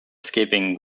skipping